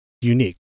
unique